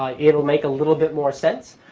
ah it'll make a little bit more sense.